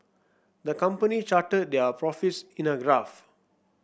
the company charted their profits in a graph